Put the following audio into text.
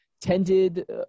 tended